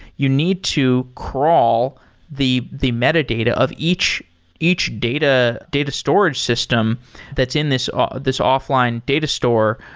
you need to crawl the the metadata of each each data data storage system that's in this ah this offline data store,